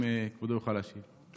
אם כבודו יוכל להשיב.